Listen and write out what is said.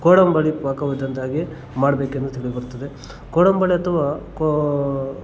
ಕೋಡಂಬಳಿ ಪಾಕ ವಿಧಾನ್ದಾಗಿ ಮಾಡ್ಬೇಕು ಎಂದು ತಿಳಿದು ಬರ್ತದೆ ಕೋಡಂಬಳಿ ಅಥವಾ ಕೋ